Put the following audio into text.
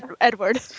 edward